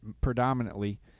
predominantly